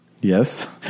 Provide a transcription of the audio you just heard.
Yes